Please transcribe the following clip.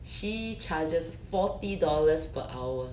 she charges forty dollars per hour